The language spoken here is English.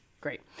Great